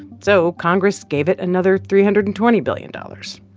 so congress gave it another three hundred and twenty billion dollars.